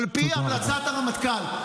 -- על פי המלצת הרמטכ"ל.